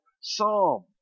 Psalm